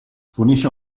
fornisce